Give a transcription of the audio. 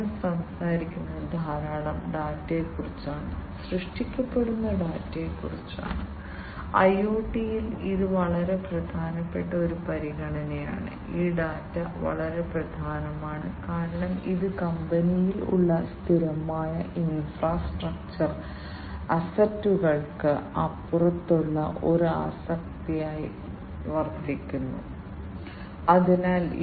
അതിനാൽ വ്യാവസായിക ഉപയൂണിറ്റുകളിലെ യൂട്ടിലിറ്റി മെഷർമെന്റ് പ്രൊഡക്ഷൻ ഉൽപ്പന്ന പരിശോധന പാക്കേജിംഗ് ഷിപ്പിംഗ് വ്യാവസായിക സെൻസറുകളുടെ ഈ യൂട്ടിലിറ്റികളിൽ ചിലതും വിവിധ വ്യാവസായിക ഉപയൂണിറ്റുകളിലെ അവയുടെ ഉപയോഗവുമാണ്